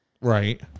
Right